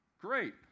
Great